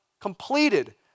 completed